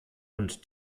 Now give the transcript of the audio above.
und